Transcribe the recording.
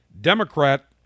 Democrat